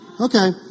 Okay